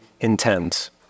intends